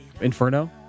Inferno